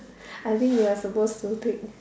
I think you are supposed to take